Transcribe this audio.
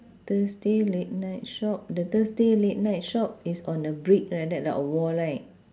thursday late night shop the thursday late night shop is on the brick like that lah a wall right